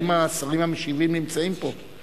האם השרים המשיבים נמצאים פה?